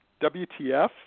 WTF